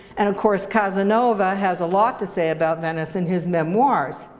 and of course casanova has a lot to say about venice in his memoirs.